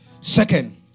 Second